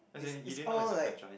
it's it's all like